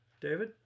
David